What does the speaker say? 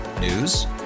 News